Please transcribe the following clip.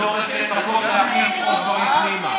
אני לא רואה שאין מקום להכניס עוד דברים פנימה.